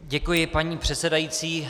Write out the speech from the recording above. Děkuji, paní předsedající.